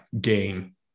game